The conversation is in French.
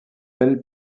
belle